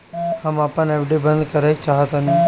हम अपन एफ.डी बंद करेके चाहातानी